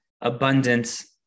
abundance